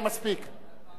תמו קריאות הביניים.